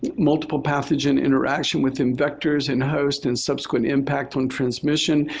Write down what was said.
multiple pathogen interaction within vectors and host and subsequent impact on transmission,